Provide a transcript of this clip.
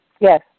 Yes